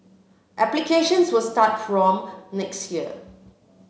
applications will start from next year